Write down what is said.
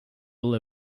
will